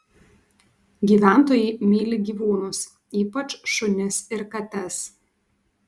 gyventojai myli gyvūnus ypač šunis ir kates